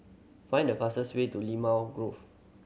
find the fastest way to Limau Grove